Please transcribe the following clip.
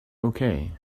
okay